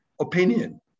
opinion